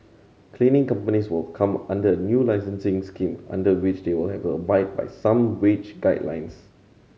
cleaning companies will come under a new licensing scheme under which they will have to abide by some wage guidelines